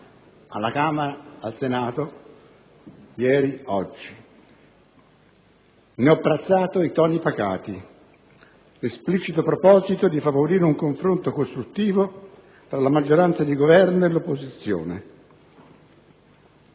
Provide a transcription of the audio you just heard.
alla Camera e al Senato, ieri e oggi, e ne ho apprezzato i toni pacati, l'esplicito proposito di favorire un confronto costruttivo tra la maggioranza di Governo e l'opposizione,